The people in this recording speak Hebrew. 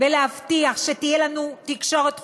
ולהבטיח שתהיה לנו תקשורת חופשית,